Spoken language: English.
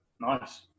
Nice